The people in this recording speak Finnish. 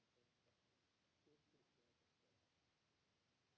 Kiitos.